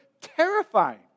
terrifying